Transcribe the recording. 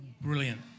Brilliant